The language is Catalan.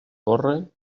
corre